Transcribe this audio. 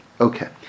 Okay